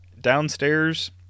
downstairs